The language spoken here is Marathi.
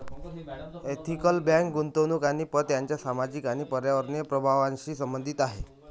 एथिकल बँक गुंतवणूक आणि पत यांच्या सामाजिक आणि पर्यावरणीय प्रभावांशी संबंधित आहे